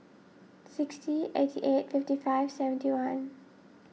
sixty eighty eight fifty five seventy one